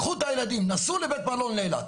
לקחו את הילדים, נסעו לבית מלון לאילת.